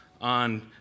on